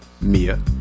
Mia